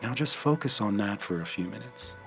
and just focus on that for a few minutes.